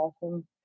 awesome